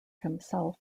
himself